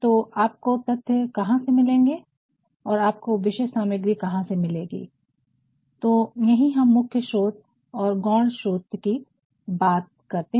तो आपको तथ्य कहाँ से मिलेंगे और आपको विषय सामग्री कहाँ से मिलेगी तो यहीं हम मुख्य स्रोत और गौड़ स्रोत की बात करते है